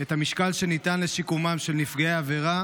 את המשקל שניתן לשיקומם של נפגעי העבירה